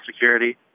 security